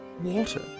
water